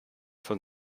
von